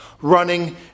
running